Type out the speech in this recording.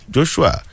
Joshua